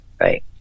Right